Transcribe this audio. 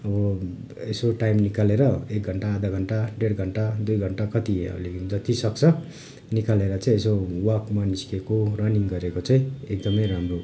अब यसो टाइम निकालेर एक घन्टा आधा घन्टा डेढ घन्टा दुई घन्टा कति जति सक्छ निकालेर चाहिँ यसो वाकमा निस्किएको रनिङ गरेको चाहिँ एकदमै राम्रो